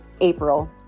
April